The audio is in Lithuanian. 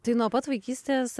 tai nuo pat vaikystės